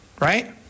right